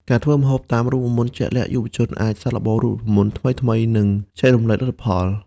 ការធ្វើម្ហូបតាមរូបមន្តជាក់លាក់យុវជនអាចសាកល្បងរូបមន្តថ្មីៗ និងចែករំលែកលទ្ធផល។